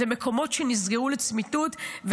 אלו מקומות שנסגרו לצמיתות,